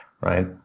right